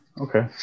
Okay